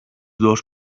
dos